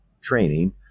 training